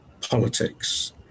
politics